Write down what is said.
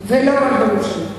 ולא רק בממשלה.